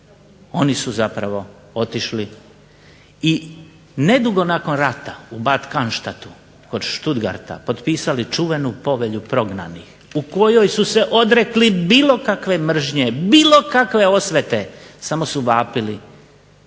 oni su zapravo otišli i nedugo nakon rata u …/Ne razumije se./… kod Stuttgarta potpisali čuvenu povelju prognanih u kojoj su se odrekli bilo kakve mržnje, bilo kakve osvete, samo su vapili